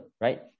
right